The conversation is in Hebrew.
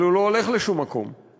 אבל הוא לא הולך לשום מקום,